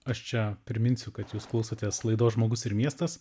aš čia priminsiu kad jūs klausotės laidos žmogus ir miestas